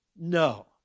No